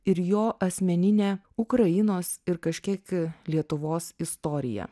ir jo asmeninė ukrainos ir kažkiek lietuvos istorija